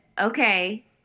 okay